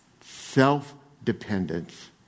self-dependence